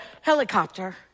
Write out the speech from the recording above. helicopter